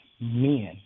men